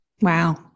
Wow